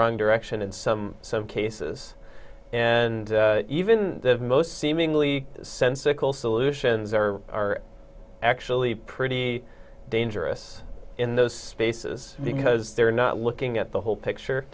wrong direction in some cases and even the most seemingly sensical solutions are actually pretty dangerous in those spaces because they're not looking at the whole picture